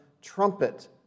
trumpet